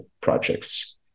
projects